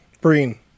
Breen